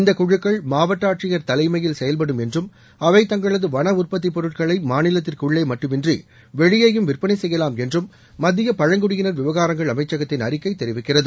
இந்த குழுக்கள் மாவட்ட ஆட்சியர் தலைமையில் செயல்படும் என்றும் அவை தங்களது வள உற்பத்திப் பொருட்களை மாநிலத்திற்கு உள்ளே மட்டுமின்றி வெளியேயும் விற்பனை செய்யலாம் என்றம் மத்திய பழங்குடியினர் விவகாரங்கள் அமைச்சகத்தின் அறிக்கை தெரிவிக்கிறது